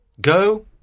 Go